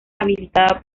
habilitada